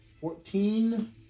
Fourteen